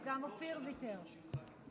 גם אופיר ויתר.